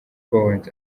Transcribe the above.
point